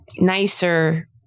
nicer